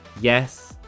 Yes